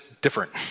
different